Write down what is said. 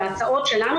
ההצעות שלנו,